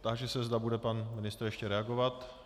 Táži se, zda bude pan ministr ještě reagovat.